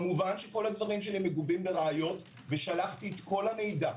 כמובן שכל הנתונים שלי מגובים בראיות ושלחתי את כל המידע.